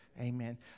Amen